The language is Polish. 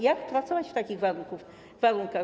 Jak pracować w takich warunkach?